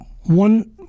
One